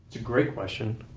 a great question.